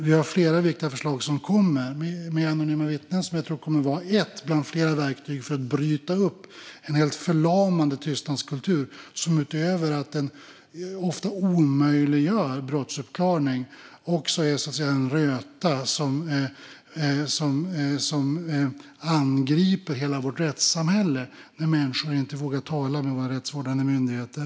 Vi har flera viktiga förslag som kommer. Det handlar om anonyma vittnen, som jag tror kommer att vara ett bland flera verktyg för att bryta upp en helt förlamande tystnadskultur, som utöver att den ofta omöjliggör brottsuppklaring också är en röta som angriper hela vårt rättssamhälle, när människor inte vågar tala med våra rättsvårdande myndigheter.